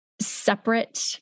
separate